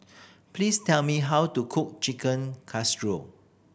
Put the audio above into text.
please tell me how to cook Chicken Casserole